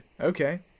Okay